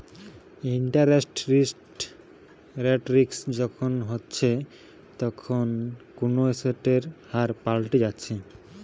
interest rate risk তখন হচ্ছে যখন কুনো এসেটের হার পাল্টি যাচ্ছে